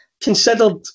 considered